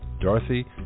Dorothy